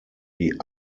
die